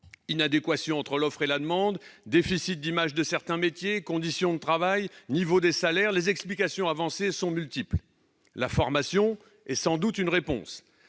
Inadéquation entre l'offre et la demande, déficit d'image de certains métiers, conditions de travail, niveau des salaires, les explications avancées sont multiples. La formation est sans doute une des réponses.